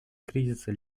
кризиса